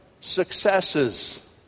successes